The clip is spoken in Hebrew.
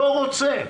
לא רוצה.